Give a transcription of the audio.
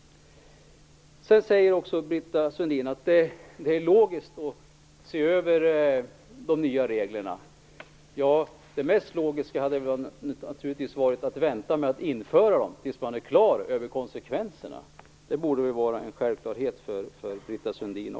Britta Sundin säger vidare att det är logiskt att se över de nya reglerna. Det mest logiska hade naturligtvis varit att vänta med att införa dem tills man är klar över konsekvenserna. Det borde vara en självklarhet även för Britta Sundin.